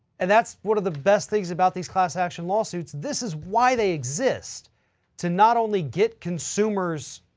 and that's one of the best things about these class action lawsuits. this is why they exist to not only get consumers,